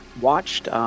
watched